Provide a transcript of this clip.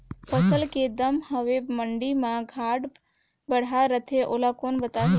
फसल के दम हवे मंडी मा घाट बढ़ा रथे ओला कोन बताही?